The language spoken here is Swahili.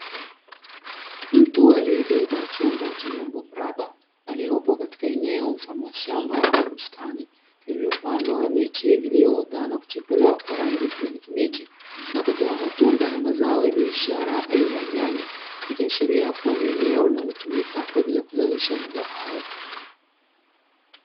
Mtu aliyebeba chombo chenye umbo mraba aliyepo katika eneo mfano wa shamba ama bustani iliyopandwa miche iliyoota na kuchipua kwa rangi ya kijani kibichi, na kutoa matunda ya mazao ya biashara aina ya nyanya, ikiashiria ni eneo linalotumika kwa ajili ya kuzalisha mazao hayo.